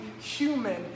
human